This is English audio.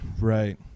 right